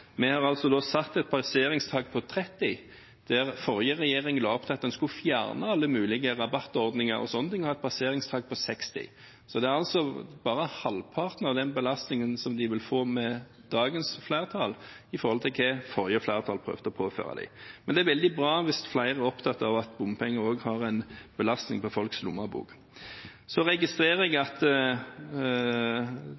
Vi har satt et passeringstak på 30, mens den forrige regjeringen la opp til at en skulle fjerne alle mulige rabattordninger og ha et passeringstak på 60. Så en vil altså med dagens flertall få bare halvparten av belastningen sammenliknet med det som det forrige flertallet prøvde å påføre dem. Men det er veldig bra hvis flere er opptatt av at bompenger også er en belastning for folks lommebøker. Jeg registrerer